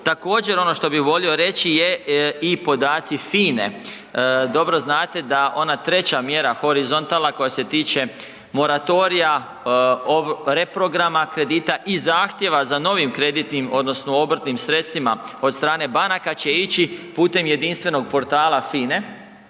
Također ono što bi volio reći je i podaci FINA-e. Dobro znate da ona treća mjera horizontalna koja se tiče moratorija, reprograma kredita i zahtjeva za novim kreditnim odnosno obrtnim sredstvima od strane banaka će ići putem jedinstvenog portala FINA-e,